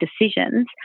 decisions